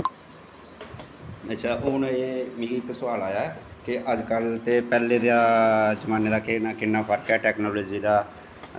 अच्छा मिगी हून इक सोआद आया के अज्ज कल दे ते पैह्लैं दे जमानें दा किन्ना फर्क ऐ टैकनॉलजी दा